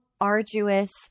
arduous